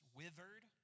withered